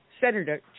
Senator